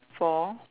four